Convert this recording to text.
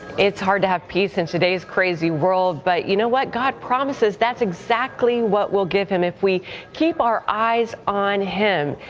it's hard to have peace in today's crazy world, but you know what? god promises that's exactly what we'll get if we keep our eyes on him,